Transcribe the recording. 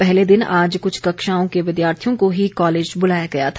पहले दिन आज कुछ कक्षाओं के विद्यार्थियों को ही कॉलेज बुलाया गया था